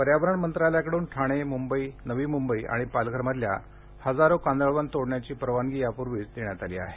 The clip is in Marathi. पर्यावरण मंत्रालयाकडून ठाणे म्ंबई नवी म्ंबई आणि पालघरमधील हजारो कांदळवनं तोडण्याची परवानगी यापूर्वीच देण्यात आली आहे